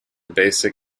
basic